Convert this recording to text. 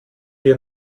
wir